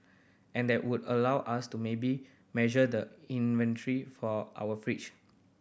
and that would allow us to maybe measure the inventory for our fridge